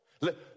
Let